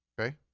Okay